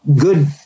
good